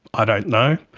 i don't know.